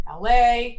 LA